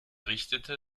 richtete